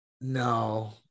no